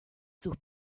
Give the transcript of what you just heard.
sus